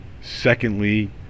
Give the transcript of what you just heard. secondly